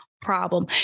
problem